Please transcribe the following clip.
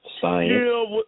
Science